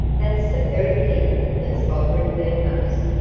that's the very thing that's bothering me most,